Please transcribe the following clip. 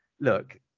look